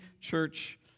church